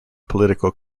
political